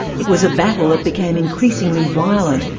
it was a battle that became increasingly violent,